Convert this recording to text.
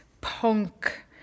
punk